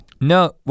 No